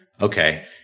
okay